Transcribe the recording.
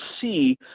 see